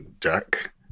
Jack